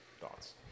Thoughts